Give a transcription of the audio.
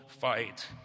fight